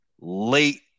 Late